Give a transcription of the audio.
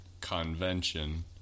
Convention